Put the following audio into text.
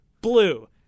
Blue